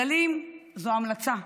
כללים זו המלצה,